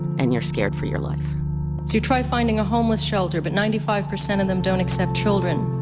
and you're scared for your life so you try finding a homeless shelter, but ninety five percent of them don't accept children.